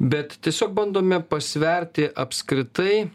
bet tiesiog bandome pasverti apskritai